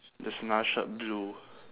there's another shirt blue